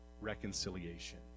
reconciliation